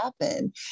happen